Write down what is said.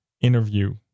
interview